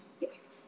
Yes